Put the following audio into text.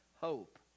hope